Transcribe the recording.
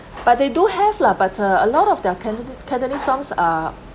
but they do have lah but a lot of their canton~ cantonese songs are